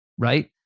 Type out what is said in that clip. right